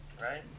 right